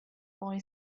boy